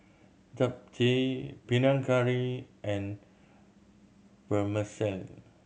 Japchae Panang Curry and Vermicelli